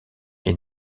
est